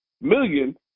million